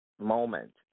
moment